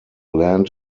land